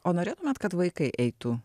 o norėtumėt kad vaikai eitų